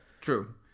True